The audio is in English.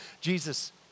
Jesus